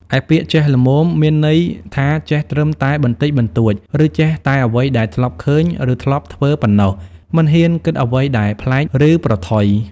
ឯ ពាក្យ "ចេះល្មម" មានន័យថាចេះត្រឹមតែបន្តិចបន្តួច ឬចេះតែអ្វីដែលធ្លាប់ឃើញ ឬធ្លាប់ធ្វើប៉ុណ្ណោះ មិនហ៊ានគិតអ្វីដែលប្លែក ឬប្រថុយ។